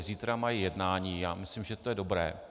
Zítra mají jednání, já myslím, že to je dobré.